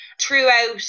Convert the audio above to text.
throughout